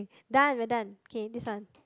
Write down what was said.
done we're done K this one